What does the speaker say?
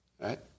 Right